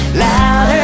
louder